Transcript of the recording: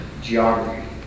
geography